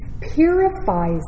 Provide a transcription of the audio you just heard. purifies